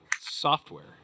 software